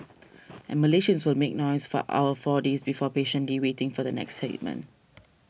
and Malaysians will make noise for our four days before patiently waiting for the next statement